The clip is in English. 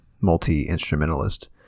multi-instrumentalist